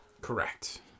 Correct